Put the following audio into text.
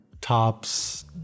tops